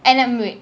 and I'm wait